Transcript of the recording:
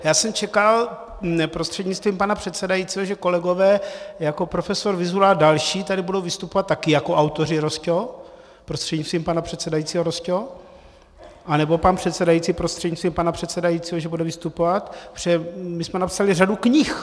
Já jsem čekal prostřednictvím pana předsedající, že kolegové jako profesor Vyzula a další tady budou vystupovat také jako autoři, Rosťo, prostřednictvím pana předsedajícího, Rosťo, anebo pan předsedající prostřednictvím pana předsedajícího že bude vystupovat, protože my jsme napsali řadu knih.